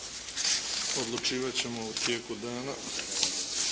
Odlučivat ćemo u tijeku dana.